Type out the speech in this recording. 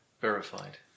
verified